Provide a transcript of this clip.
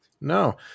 no